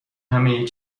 همه